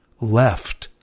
left